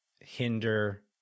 hinder